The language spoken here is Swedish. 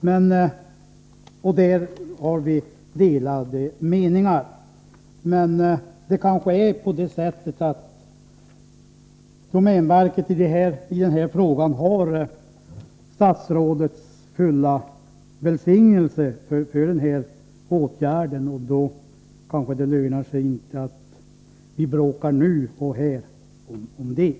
Men där har vi delade meningar. Domänverket har kanske statsrådets fulla välsignelse när det gäller den här åtgärden, och då lönar det sig inte att vi bråkar om det här och nu.